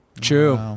True